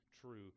true